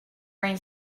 brain